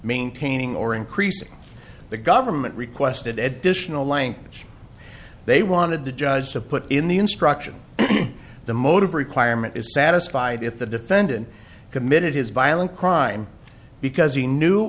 maintaining or increasing the government requested additional language they wanted the judge to put in the instruction the motive requirement is satisfied if the defendant committed his violent crime because he knew it